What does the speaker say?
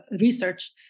research